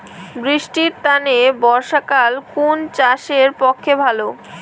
বৃষ্টির তানে বর্ষাকাল কুন চাষের পক্ষে ভালো?